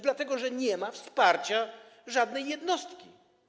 Dlatego że nie ma wsparcia żadnej jednostki.